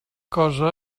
cosa